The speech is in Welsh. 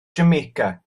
jamaica